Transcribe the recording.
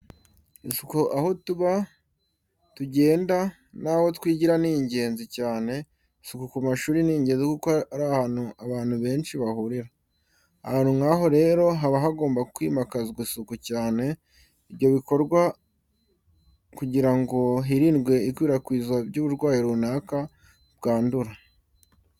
Isuku aho tuba, tugenda naho twigira ni ingenzi cyane, isuku ku mashuri ni ingenzi kuko ari ahantu abantu benshi bahurira. Ahantu nk'aha rero, haba hagomba kwimakazwa isuku cyane ibyo bikorwa kugira ngo harindwe ikwirakwizwa ry’uburwayi runaka bwandura.